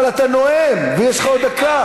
אבל אתה נואם, ויש לך עוד דקה.